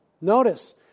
Notice